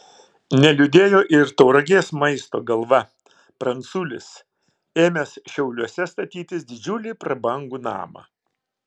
neliūdėjo ir tauragės maisto galva pranculis ėmęs šiauliuose statytis didžiulį prabangų namą